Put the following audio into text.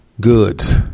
goods